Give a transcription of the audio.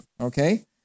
okay